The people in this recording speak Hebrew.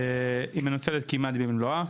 היא מנוצלת כמעט במלואה.